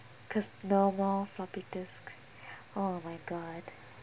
cause no more floppy disk oh my god